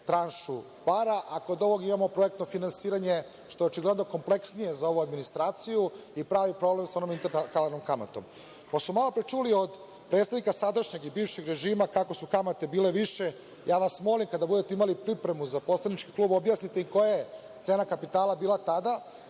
tranšu para, a kod ovog imamo projektno finansiranje, što je očigledno kompleksnije za ovu administraciju i pravi problem sa onom interkalarnom kamatom. Pošto smo malopre čuli od predstavnika sadašnjeg i bivšeg režima kako su kamate bile više, ja vas molim kada budete imali pripremu za poslanički klub da objasnite i koja je cena kapitala bila tada,